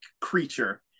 creature